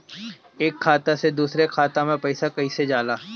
एक खाता से दूसर खाता मे पैसा कईसे जाला?